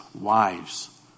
wives